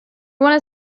want